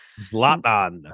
Zlatan